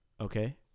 Okay